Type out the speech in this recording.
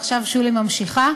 ועכשיו שולי ממשיכה.